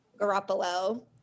Garoppolo